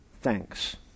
thanks